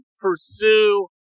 pursue